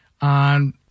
on